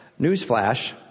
newsflash